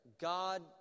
God